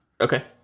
Okay